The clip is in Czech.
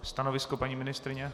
Stanovisko paní ministryně?